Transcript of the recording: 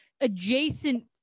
adjacent